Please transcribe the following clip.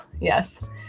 Yes